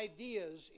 ideas